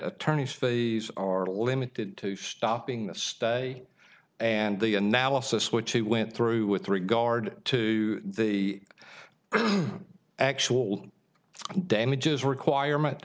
attorneys fees are limited to stopping the stay and the analysis which he went through with regard to the actual damages requirement